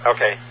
Okay